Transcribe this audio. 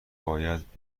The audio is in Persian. باید